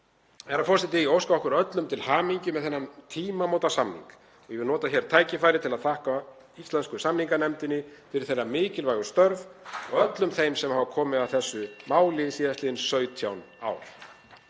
Herra forseti. Ég óska okkur öllum til hamingju með þennan tímamótasamning. Ég vil nota hér tækifærið til að þakka íslensku samninganefndinni fyrir þeirra mikilvægu störf og öllum þeim sem hafa komið að þessu máli síðastliðin 17 ár.